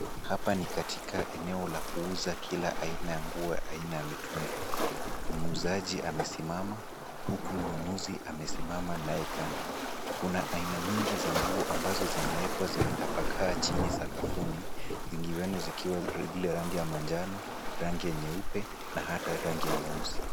Hapa ni katika eneo la kuuza kila aina ya nguo aina ya mitumba . Muuzaji amesimama huku mnunuzi amesimama naye kando. Kuna aina mingi za nguo ambazo zimewekwa zimetapakaa chini sakafuni. Nyingi zao zikiwa zile rangi ya manjano, rangi ya nyeupe na hata rangi ya nyeusi.